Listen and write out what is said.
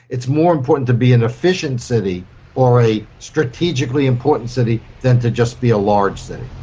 it's more important to be an efficient city or a strategically important city than to just be a large city.